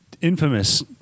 infamous